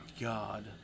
God